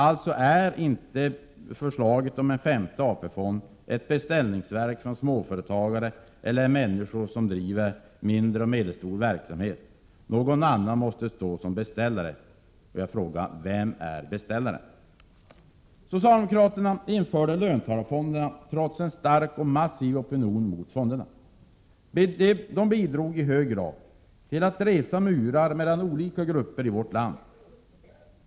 Alltså är inte förslaget om en femte AP-fond ett beställningsverk från småföretagare eller människor med mindre och medelstor verksamhet. Någon annan måste stå som beställare. Jag frågar: Vem är beställaren? Socialdemokraterna införde löntagarfonderna trots en stark och massiv opinion mot dem. Det bidrog i hög grad till att resa murar mellan olika grupper i vårt land.